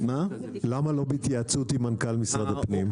למה לא בהתייעצות עם מנכ"ל משרד הפנים?